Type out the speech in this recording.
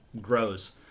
grows